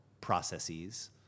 processes